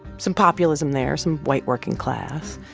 some populism there, some white working class.